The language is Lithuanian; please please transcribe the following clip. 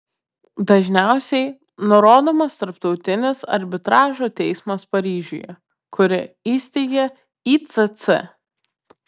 dažniausiai nurodomas tarptautinis arbitražo teismas paryžiuje kurį įsteigė icc